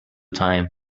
time